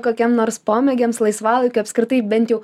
kokiem nors pomėgiams laisvalaikiui apskritai bent jau